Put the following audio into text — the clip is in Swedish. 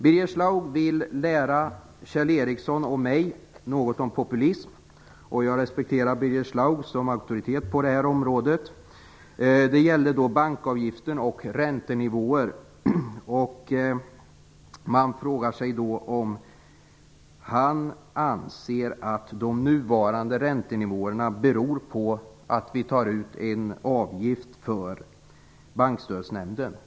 Birger Schlaug vill lära Kjell Ericsson och mig något om populism. Jag respekterar Birger Schlaug som auktoritet på detta område. Det gällde bankavgifter och räntenivåer. Man frågar sig då om han anser att de nuvarande räntenivåerna beror på att vi tar ut en avgift för Bankstödsnämnden.